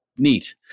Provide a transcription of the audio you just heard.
Neat